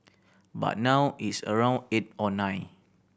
but now it's around eight or nine